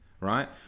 right